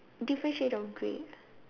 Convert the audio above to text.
different shade of grey ah